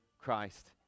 Christ